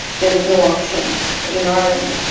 there was no option in ireland.